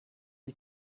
die